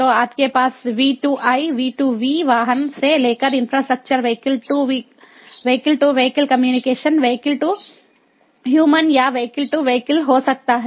तो आपके पास वी 2 आई वी 2 वी वाहन से लेकर infrastructure vehicle to vehicle communication vehicle to human या व्हीकल टू व्हीकल हो सकता है